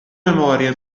memoria